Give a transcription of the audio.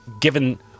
given